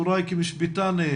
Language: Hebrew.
חקיקה ספציפית וחקיקה מאוחרת,